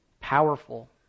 powerful